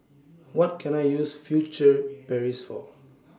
What Can I use Furtere Paris For